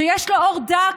שיש לו עור דק,